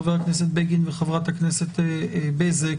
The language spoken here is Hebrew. חבר הכנסת בגין וחברת הכנסת בזק,